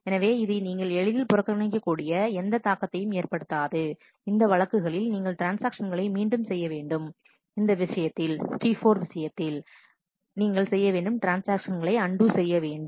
எனவே இது நீங்கள் புறக்கணிக்கக்கூடிய எந்த தாக்கத்தையும் ஏற்படுத்தாது இந்த வழக்குகளில் நீங்கள் ட்ரான்ஸ்ஆக்ஷன்களை மீண்டும் செய்ய வேண்டும் இந்த விஷயத்தில் T4 விஷயத்தில் நீங்கள் செய்ய வேண்டும் ட்ரான்ஸ்ஆக்ஷன்களை அண்டு செய்ய வேண்டும்